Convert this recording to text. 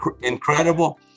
incredible